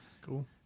Cool